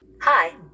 Hi